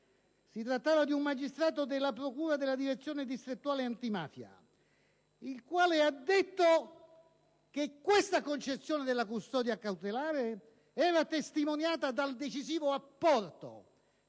Si trattava di un magistrato della procura della Direzione distrettuale antimafia, il quale ha detto che questa concezione della custodia cautelare era corroborata dal decisivo apporto